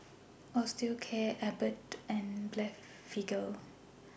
Osteocare Abbott and Blephagel